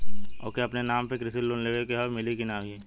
ओके अपने नाव पे कृषि लोन लेवे के हव मिली की ना ही?